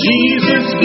Jesus